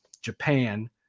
Japan